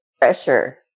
pressure